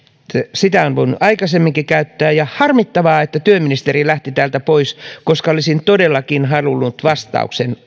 sitä on voinut aikaisemminkin käyttää on harmittavaa että työministeri lähti täältä pois koska olisin todellakin halunnut vastauksen